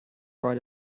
write